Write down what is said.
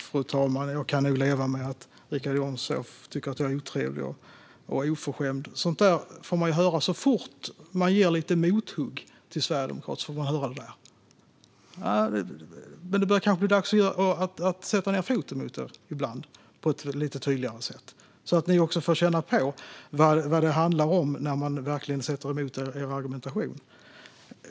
Fru talman! Jag kan nog leva med att Richard Jomshof tycker att jag är otrevlig och oförskämd. Så fort man ger lite mothugg till Sverigedemokraterna får man höra det där. Men det börjar kanske bli dags att sätta ned foten mot er på ett lite tydligare sätt, så att ni får känna på vad det handlar om när man verkligen sätter sig emot er argumentation.